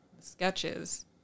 sketches